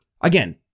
again